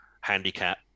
handicap